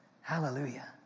Hallelujah